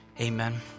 Amen